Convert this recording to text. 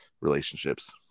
relationships